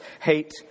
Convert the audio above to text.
hate